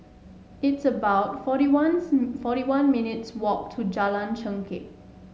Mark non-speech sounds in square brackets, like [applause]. it's about forty one [unintelligible] forty one minutes' walk to Jalan Chengkek